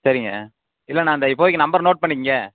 சரிங்க இல்லை நான் அந்த இப்போதைக்கு நம்பர் நோட் பண்ணிக்கோங்க